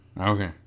Okay